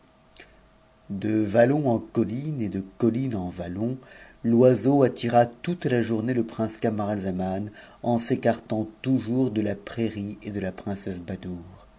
de vallon en colline et de colline en vallon l'oiseau attira toute la journée le prince camaralzaman en s'écartant toujours de la prairie et princesse badoure